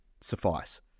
suffice